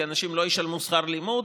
כי אנשים לא ישלמו שכר לימוד?